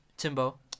Timbo